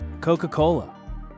Coca-Cola